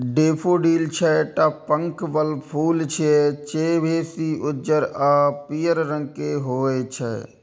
daffodil छह टा पंख बला फूल छियै, जे बेसी उज्जर आ पीयर रंग के होइ छै